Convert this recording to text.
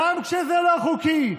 גם כשזה לא חוקי,